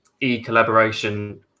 e-collaboration